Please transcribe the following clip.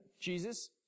Jesus